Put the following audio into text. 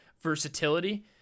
versatility